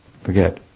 Forget